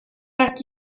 att